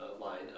line